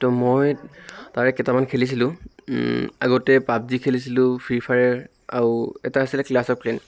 ত' মই তাৰে কেইটামান খেলিছিলোঁ আগতে পাব জি খেলিছিলোঁ ফ্ৰী ফায়াৰ আৰু এটা আছিলে ক্লাছ অৱ ক্লেন